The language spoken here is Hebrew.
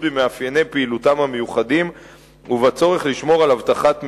במאפייני פעילותם המיוחדים ובצורך לשמור על אבטחת מידע.